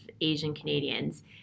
Asian-Canadians